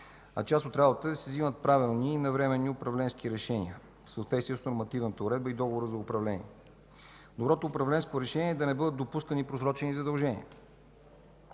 а част от работата е да се взимат правилни и навременни управленски решения, в съответствие с нормативната уредба и договора за управление. Доброто управленско решение е да не бъдат допускани просрочени задължения